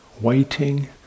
waiting